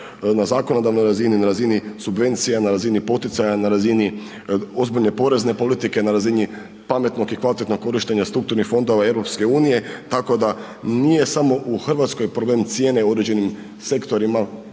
na zakonodavnoj razini, na razini subvencija, na razini poticaja, na razini ozbiljne porezne politike, na razini pametnog i kvalitetnog korištenja strukturnih fondova EU, tako da nije samo u RH problem cijene u određenim sektorima,